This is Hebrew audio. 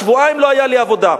שבועיים לא היתה לי עבודה.